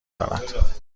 دارد